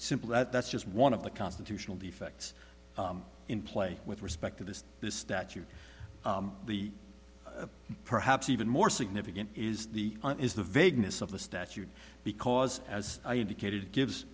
simply that that's just one of the constitutional defects in play with respect to this this statute the perhaps even more significant is the is the vagueness of the statute because as i indicated it gives